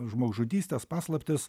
žmogžudystes paslaptis